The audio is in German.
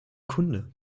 kunde